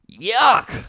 Yuck